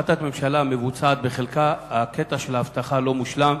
החלטת הממשלה מבוצעת בחלקה והקטע של האבטחה לא הושלם